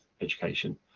education